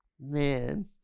Man